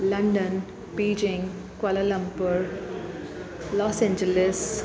London Beijing Kuala Lumpur Los Angeles